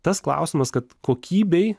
tas klausimas kad kokybei